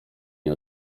nie